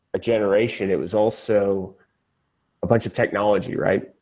a generation, it was also a bunch of technology, right?